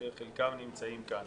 שחלקם נמצאים כאן.